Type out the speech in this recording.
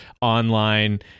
online